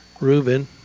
Reuben